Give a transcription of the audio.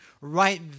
right